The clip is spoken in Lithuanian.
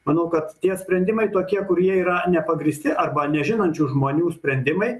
manau kad tie sprendimai tokie kurie yra nepagrįsti arba nežinančių žmonių sprendimai